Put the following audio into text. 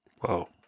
Whoa